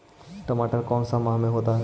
टमाटर कौन सा माह में होता है?